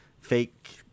fake